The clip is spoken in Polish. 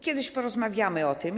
Kiedyś porozmawiamy o tym.